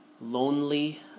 lonely